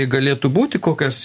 galėtų būti kokias